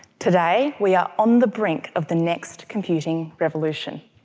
today we are on the brink of the next computing revolution.